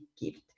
gift